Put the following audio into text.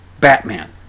Batman